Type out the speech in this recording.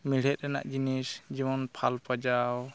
ᱢᱮᱬᱦᱮᱸᱫ ᱨᱮᱱᱟᱜ ᱡᱤᱱᱤᱥ ᱡᱮᱢᱚᱱ ᱯᱷᱟᱞ ᱯᱟᱡᱟᱣ